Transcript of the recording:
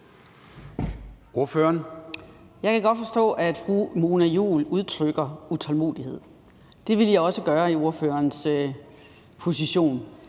Jeg kan godt forstå, at fru Mona Juul udtrykker utålmodighed. Det ville jeg også gøre i ordførerens position.